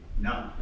No